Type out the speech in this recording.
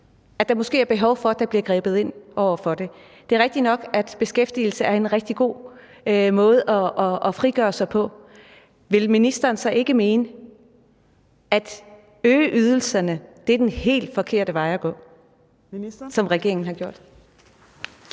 at der måske er behov for, at der bliver grebet ind over for det. Det er rigtigt nok, at beskæftigelse er en rigtig god måde at frigøre sig på. Vil ministeren så ikke mene, at det at øge ydelserne, som regeringen har gjort,